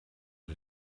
did